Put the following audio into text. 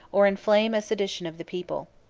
or inflame a sedition of the people.